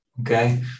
okay